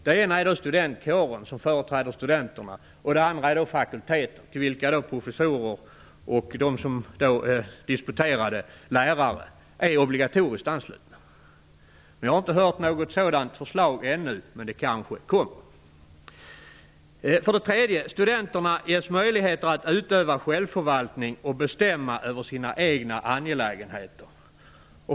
Det ena är studentkåren, som företräder studenterna. Det andra är fakulteterna, till vilka professorer och lärare som har disputerat är obligatoriskt anslutna. Jag har inte hört talas om något sådant förslag ännu, men det kanske kommer. För det tredje ges studenterna möjligheter att utöva självförvaltning och bestämma över sina egna angelägenheter.